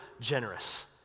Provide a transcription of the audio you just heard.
generous